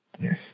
Yes